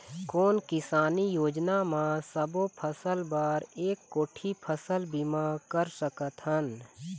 कोन किसानी योजना म सबों फ़सल बर एक कोठी फ़सल बीमा कर सकथन?